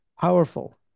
powerful